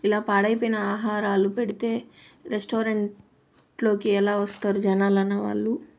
ఇలా పాడైపోయిన ఆహారాలు పెడితే రెస్టారెంట్లోకి ఎలా వస్తారు జనాలన్నవాళ్ళు